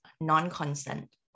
non-consent